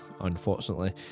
unfortunately